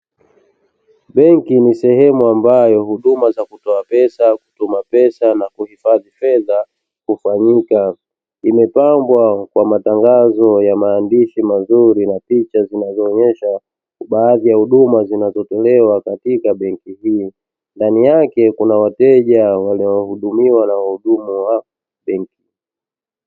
Benki ni sehemu ambayo huduma za kutoa pesa, kutuma pesa na kuhifadhi fedha hufanyika. Imepambwa kwa matangazo ya maandishi mazuri na picha, zinazoonyesha baadhi ya huduma zinazo tolewa katika benki hii ndani yake kuna wateja wanahidumiwa na wahudumu wa benki.